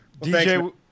DJ